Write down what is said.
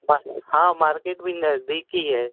हाँ हाँ मार्केट भी नज़दीक ही है